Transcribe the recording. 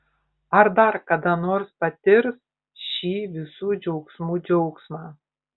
ar dar kada nors patirs šį visų džiaugsmų džiaugsmą